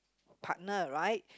partner right